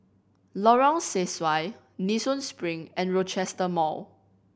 Lorong Sesuai Nee Soon Spring and Rochester Mall